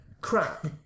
Crap